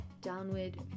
downward